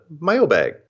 mailbag